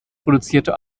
produzierte